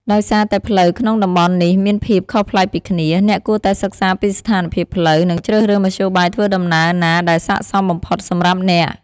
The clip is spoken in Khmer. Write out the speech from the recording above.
ដោយសារតែផ្លូវក្នុងតំបន់នេះមានភាពខុសប្លែកពីគ្នា អ្នកគួរតែសិក្សាពីស្ថានភាពផ្លូវ និងជ្រើសរើសមធ្យោបាយធ្វើដំណើរណាដែលស័ក្តិសមបំផុតសម្រាប់អ្នក។